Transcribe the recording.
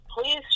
please